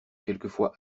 quelquefois